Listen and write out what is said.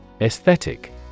Aesthetic